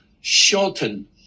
shorten